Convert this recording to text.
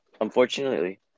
Unfortunately